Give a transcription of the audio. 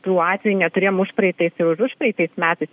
tų atvejų neturėjom užpraeitais ir už užpraeitais metais